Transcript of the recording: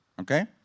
okay